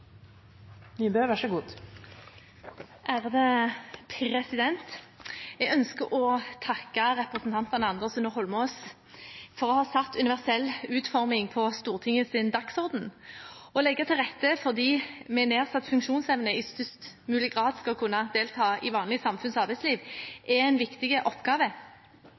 Jeg ønsker å takke representantene Andersen og Eidsvoll Holmås for å ha satt universell utforming på Stortingets dagsorden og legge til rette for at de med nedsatt funksjonsevne i størst mulig grad skal kunne delta i samfunnets vanlige arbeidsliv. Det er en viktig oppgave.